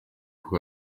kuko